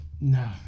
no